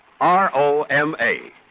R-O-M-A